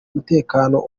mutekano